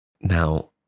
Now